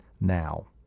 now